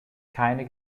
keine